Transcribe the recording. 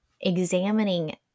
examining